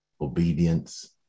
obedience